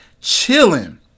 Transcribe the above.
chilling